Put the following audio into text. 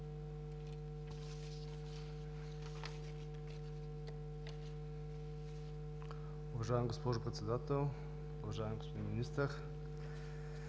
Уважаема госпожо Председател, уважаеми господин Министър!